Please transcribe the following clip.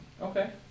Okay